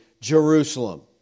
Jerusalem